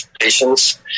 patients